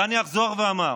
ואני אחזור ואומר: